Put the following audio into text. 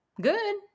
good